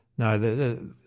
No